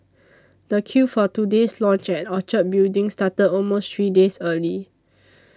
the queue for today's launch at Orchard Building started almost three days early